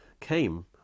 came